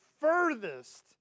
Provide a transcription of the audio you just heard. furthest